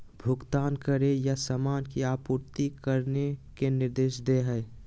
भुगतान करे या सामान की आपूर्ति करने के निर्देश दे हइ